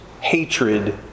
hatred